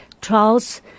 trials